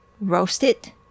Roasted